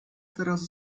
teraz